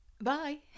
Bye